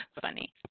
Funny